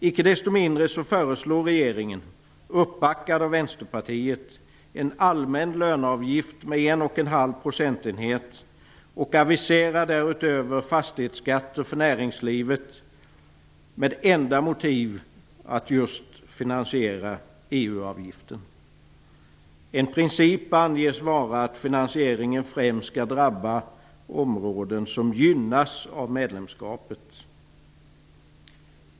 Icke desto mindre föreslår regeringen, uppbackad av Vänsterpartiet, en allmän löneavgift med 1,5 procentenheter och aviserar därutöver fastighetsskatter för näringslivet med enda motiv att just finansiera EU-avgiften. En princip anges vara att finansieringen främst skall drabba områden som gynnas av medlemskapet.